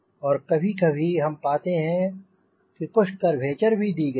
और कभी कभी हम पाते हैं कि कुछ कर्वेचर भी दी गई है